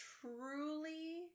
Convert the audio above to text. truly